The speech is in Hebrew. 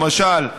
למשל,